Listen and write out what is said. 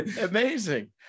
Amazing